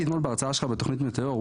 הייתי אתמול בהרצאה שלך בתוכנית מטאור.